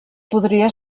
podria